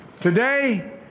Today